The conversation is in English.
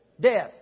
Death